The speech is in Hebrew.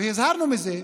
והזהרנו מזה,